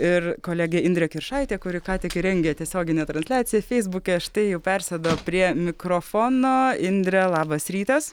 ir kolegė indrė kiršaitė kuri ką tik ir rengė tiesioginę transliaciją feisbuke štai jau persėdo prie mikrofono indre labas rytas